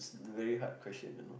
the very hard question you know